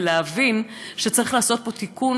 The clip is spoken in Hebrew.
ולהבין שצריך לעשות פה תיקון,